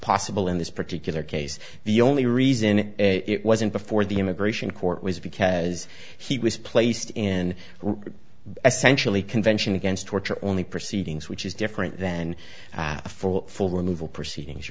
possible in this particular case the only reason it wasn't before the immigration court was because he was placed in essentially convention against torture only proceedings which is different than a full full remove all proceedings